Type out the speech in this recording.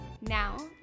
Now